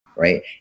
Right